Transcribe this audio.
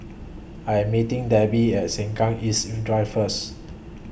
I Am meeting Debby At Sengkang East Drive First